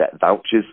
vouchers